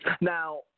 Now